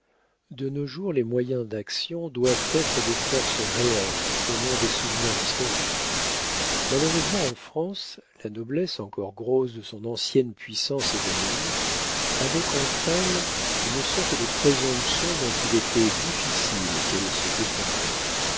de nos jours les moyens d'action doivent être des forces réelles et non des souvenirs historiques malheureusement en france la noblesse encore grosse de son ancienne puissance évanouie avait contre elle une sorte de présomption dont il était difficile qu'elle se défendît